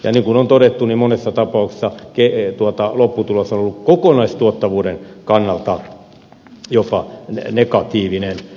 niin kuin on todettu monessa tapauksessa lopputulos on ollut kokonaistuottavuuden kannalta jopa negatiivinen